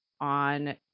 on